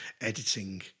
editing